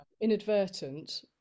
inadvertent